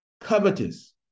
covetous